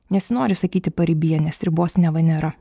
nesinori sakyti paribyje nes ribos neva nėra